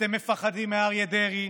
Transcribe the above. אתם מפחדים מאריה דרעי,